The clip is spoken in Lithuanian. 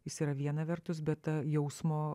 jis yra viena vertus bet jausmo